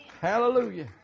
Hallelujah